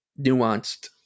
nuanced